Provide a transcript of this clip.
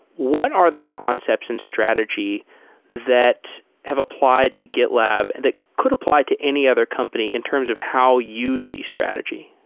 what are the concepts and strategy that have applied to gitlab and that could apply to any other company in terms of how you see strategy?